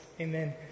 Amen